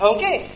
Okay